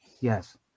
yes